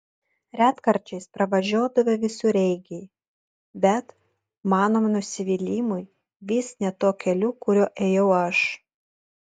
retkarčiais pravažiuodavo visureigiai bet mano nusivylimui vis ne tuo keliu kuriuo ėjau aš